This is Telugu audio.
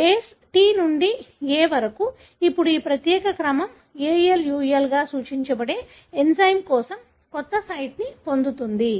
బేస్ T నుండి A వరకు ఇప్పుడు ఈ ప్రత్యేక క్రమం AluI గా సూచించబడే ఎంజైమ్ కోసం కొత్త సైట్ను పొందుతుంది